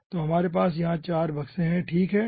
तो हमारे पास यहाँ 4 बक्से हैं ठीक है